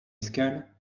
escale